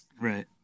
Right